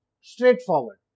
Straightforward